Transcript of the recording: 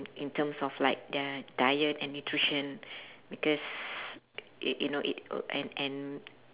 in terms of like their diet and nutrition because you you know it and and